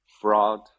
fraud